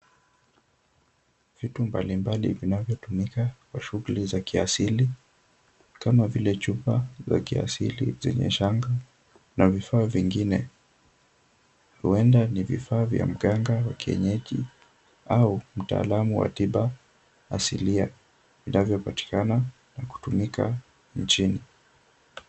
Vitu mbali mbali vinavyotumika kwa shughuli za kiasili kama vile chupa za kiasili, zile shanga na vifaa vingine, huenda ni vifaa vya mganga wa kienyaji au mtaalamu wa tiba asilia vinavyo patikana na kutumika nchini.